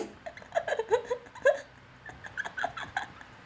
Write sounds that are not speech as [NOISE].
[LAUGHS]